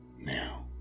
now